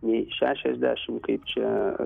nei šešiasdešimt kaip čia